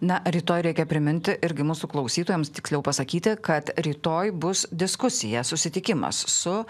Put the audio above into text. na rytoj reikia priminti irgi mūsų klausytojams tiksliau pasakyti kad rytoj bus diskusija susitikimas su